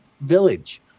village